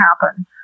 happen